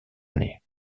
année